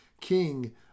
king